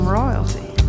royalty